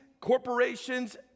corporations